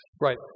right